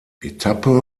etappe